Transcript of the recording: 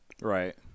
Right